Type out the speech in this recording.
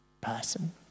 person